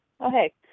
Okay